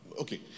Okay